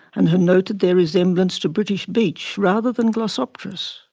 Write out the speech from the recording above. and who noted their resemblance to british beech, rather than glossopteris.